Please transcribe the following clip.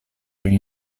kaj